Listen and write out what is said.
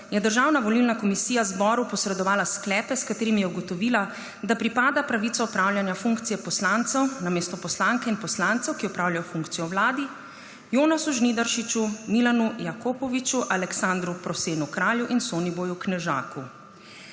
je Državna volilna komisija zboru posredovala sklepe, s katerimi je ugotovila, da pripada pravica opravljanja funkcije poslancev namesto poslanke in poslancev, ki opravljajo funkcije v vladi, Jonasu Žnidaršiču, Milanu Jakopoviču, Aleksandru Prosenu Kralju in Soniboju Knežaku.